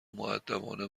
مودبانه